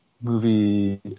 movie